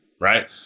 right